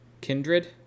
Kindred